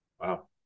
wow